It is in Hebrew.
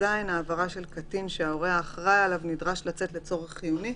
(טז)העברה של קטין שההורה האחראי עליו נדרש לצאת לצורך חיוני